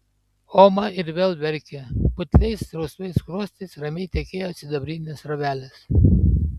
oma ir vėl verkė putliais rausvais skruostais ramiai tekėjo sidabrinės srovelės